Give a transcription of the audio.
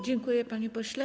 Dziękuję, panie pośle.